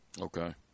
Okay